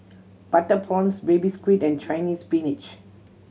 butter prawns Baby Squid and Chinese Spinach